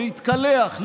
להתקלח,